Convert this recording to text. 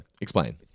explain